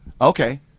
Okay